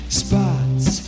spots